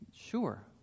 sure